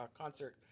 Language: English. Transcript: concert